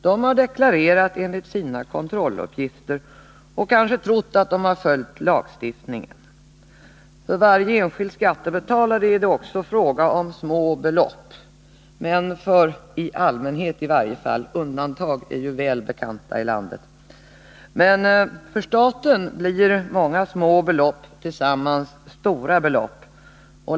De har deklarerat enligt sina kontrolluppgifter och kanske trott att de följt lagstiftningen. För varje enskild skattebetalare är det också fråga om små belopp — i allmänhet, undantagen är väl bekanta i landet — men för staten blir många små belopp tillsammans stora belopp.